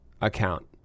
account